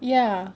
ya